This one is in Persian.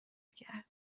کرد